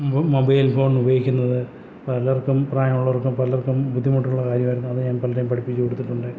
mobile phone ഉപയോഗിക്കുന്നത് പലർക്കും പ്രായമുള്ളവർക്കും പലർക്കും ബുദ്ധിമുട്ടുള്ള കാര്യമായിരുന്നു അതു ഞാൻ പലരെയും പഠിപ്പിച്ചു കൊടുത്തിട്ടുണ്ട്